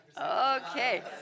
Okay